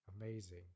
amazing